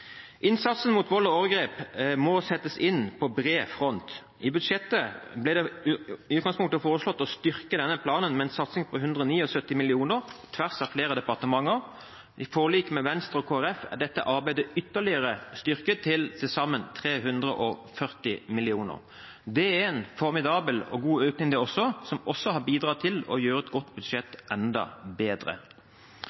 budsjettet ble det i utgangspunktet foreslått å styrke denne planen med en satsing på 179 mill. kr på tvers av flere departementer. I forliket med Venstre og Kristelig Folkeparti er dette arbeidet ytterligere styrket til til sammen 340 mill. kr. Det er en formidabel og god økning, som også har bidratt til å gjøre et godt budsjett